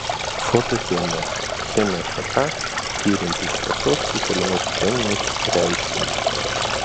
fotochemija chemijos šaka tirianti šviesos sukeliamus cheminius reiškinius